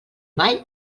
mai